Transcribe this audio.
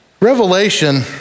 Revelation